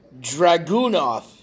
Dragunov